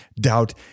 doubt